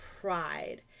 pride